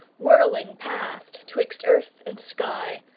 whirling past twixt earth and sky,